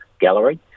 Gallery